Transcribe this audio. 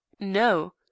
No